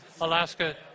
Alaska